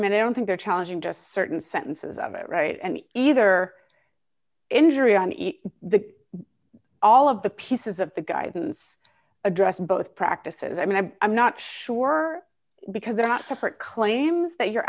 mean i don't think they're challenging to a certain sentences right and either injury on the all of the pieces of the guidance addressed both practices i mean i'm not sure because they're not separate claims that you're